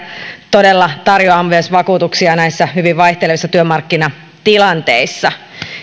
todella tarjoaa myös vakuutuksia näissä hyvin vaihtelevissa työmarkkinatilanteissa